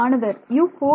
மாணவர் U4